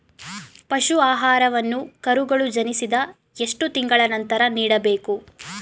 ಪಶು ಆಹಾರವನ್ನು ಕರುಗಳು ಜನಿಸಿದ ಎಷ್ಟು ತಿಂಗಳ ನಂತರ ನೀಡಬೇಕು?